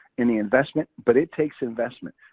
and the investment, but it takes investment.